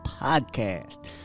podcast